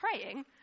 praying